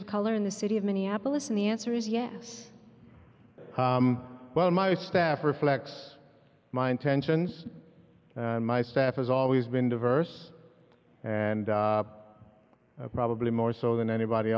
of color in the city of minneapolis and the answer is yes well my staff reflects my intentions and my staff has always been diverse and probably more so than anybody